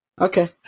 Okay